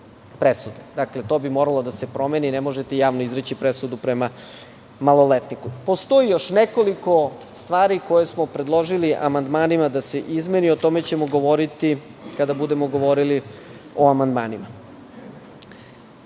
Dakle, to bi moralo da se promeni, ne možete javno izreći presudu prema maloletniku. Postoji još nekoliko stvari koje smo predložili amandmanima da se izmeni, o tome ćemo govoriti kada budemo govorili o amandmanima. Što